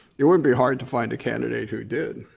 it would be hard to find a candidate who did.